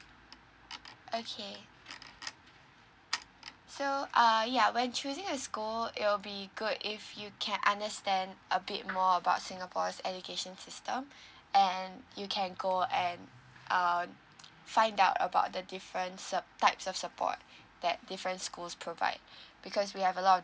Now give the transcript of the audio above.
okay so uh ya when choosing a school it will be good if you can understand a bit more about singapore's education system and you can go and err find out about the difference uh types of support that different schools provide because we have a lot of